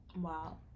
Wow